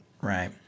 Right